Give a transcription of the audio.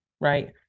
right